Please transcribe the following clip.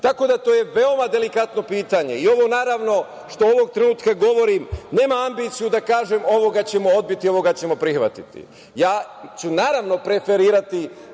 tako da je to veoma delikatno pitanje. Naravno, ovo što ovog trenutka govorim nema ambiciju da kažem ovoga ćemo odbiti, ovoga ćemo prihvatiti. Ja ću, naravno, preferirati